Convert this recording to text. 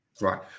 Right